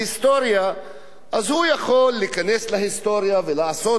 אז הוא יכול להיכנס להיסטוריה ולעשות היסטוריה.